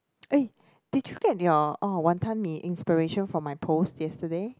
eh did you get your orh wanton mee inspiration from my post yesterday